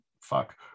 fuck